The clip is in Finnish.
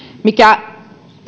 mikä